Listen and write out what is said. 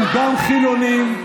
פשוט תירגעו, כן, גם חילונים,